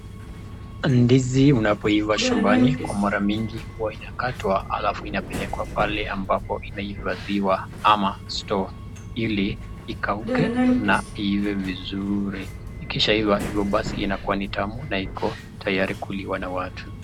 Ndizi unapoiva shambani mara mingi ua unakatwa alafu ipelekwe mahali inapohifadhiwa ama store ilikauke na iive vizuri, kisha inapoiva inakuwa ni tamu na tayari kuliwa na watu.